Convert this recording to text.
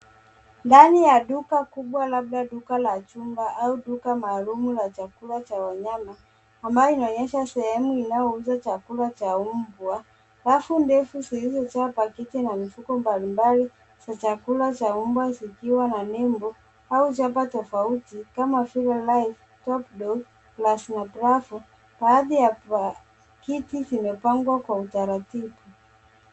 Ndani ya duka kubwa labda duka la chumba au duka maalum la chakula cha Wanyama ambaye inaonyesha sehemu inayouza chakula cha umbwa, rafu ndefu zilizojaa pakiti na mifuko mbalimbali za chakula cha mbwa zikiwa na nembo au chapa tofauti kama s [life top dog plus] na drafu baadhi ya kiti kimepangwa kwa utaratibu.